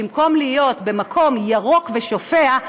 במקום להיות במקום ירוק ושופע,